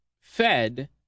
fed